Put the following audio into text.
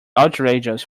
outrageous